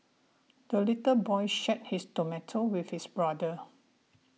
the little boy shared his tomato with his brother